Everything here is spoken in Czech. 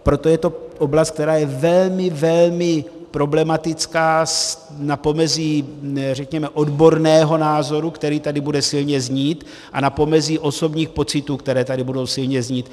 Proto je to oblast, která je velmi, velmi problematická, na pomezí, řekněme, odborného názoru, který tady bude silně znít, a na pomezí osobních pocitů, které tady budou silně znít.